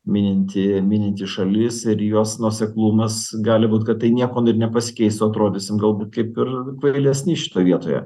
mininti mininti šalis ir jos nuoseklumas gali būt kad tai niekuom ir nepasikeis o atrodysim galbūt kaip ir kvailesni šitoj vietoje